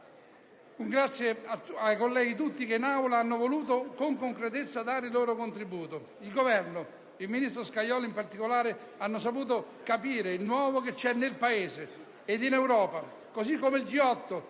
Un grazie ai colleghi tutti che in Aula hanno voluto con concretezza dare il loro contributo. Il Governo, e il ministro Scajola in particolare, ha saputo capire il nuovo che c'è nel Paese ed in Europa, così come il G8